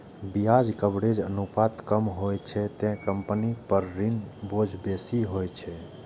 ब्याज कवरेज अनुपात कम होइ छै, ते कंपनी पर ऋणक बोझ बेसी होइ छै